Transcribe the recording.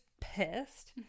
Pissed